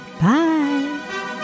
Bye